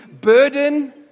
burden